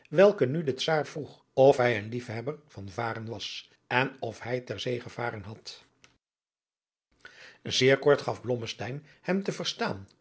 welken nu de czaar vroeg of hij een liefhebber van varen was en of hij ter zee gevaren had zeer kort gaf blommesteyn hem te verstaan